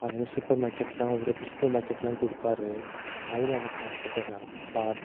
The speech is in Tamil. அதே மாதிரி சூப்பர் மார்க்கெட்லாம் அவரே போய் சூப்பர் மார்க்கெட்லாம் கொடுப்பாரு அதுலையும் நல்லா காசு பார்த்துருக்காரு அப்பா